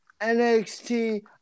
NXT